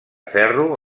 ferro